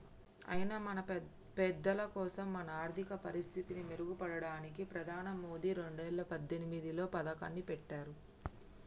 అయినా మన పెద్దలకోసం మన ఆర్థిక పరిస్థితి మెరుగుపడడానికి ప్రధాని మోదీ రెండేల పద్దెనిమిదిలో పథకాన్ని పెట్టారు